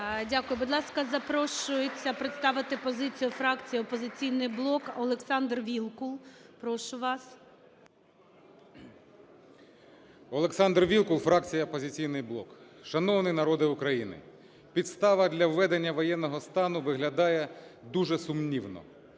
Дякую. Будь ласка, запрошується представити позицію фракції "Опозиційний блок" Олександр Вілкул. Прошу вас. 20:44:24 ВІЛКУЛ О.Ю. Олександр Вілкул, фракція "Опозиційний блок". Шановний народе України, підстава для введення воєнного стану виглядає дуже сумнівно.